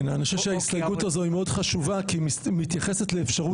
אני חושב שההסתייגות הזאת היא מאוד חשובה כי היא מתייחסת לאפשרות